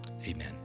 Amen